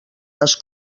les